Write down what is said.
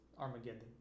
Armageddon